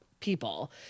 people